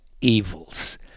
evils